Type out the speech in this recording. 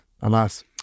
alas